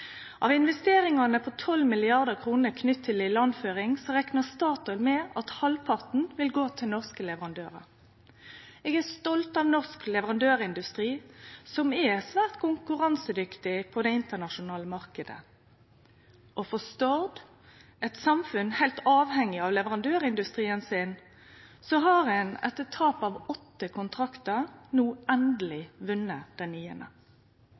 Av investeringane på 12 mrd. kr knytt til ilandføring reknar Statoil med at halvparten vil gå til norske leverandørar. Eg er stolt av norsk leverandørindustri, som er svært konkurransedyktig på den internasjonale marknaden. For Stord, eit samfunn heilt avhengig av leverandørindustrien sin, har ein, etter tap av åtte kontraktar, no endeleg vunne den